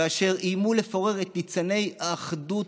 ואשר איימו לפורר את ניצני האחדות